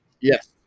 Yes